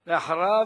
ואחריו